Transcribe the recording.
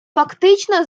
фактично